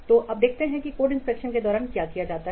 तो अब देखते हैं कि कोड इंस्पेक्शन के दौरान क्या किया जाता है